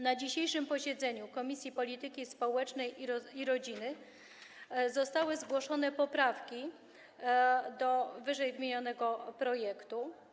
Na dzisiejszym posiedzeniu Komisji Polityki Społecznej i Rodziny zostały zgłoszone poprawki do omawianego projektu.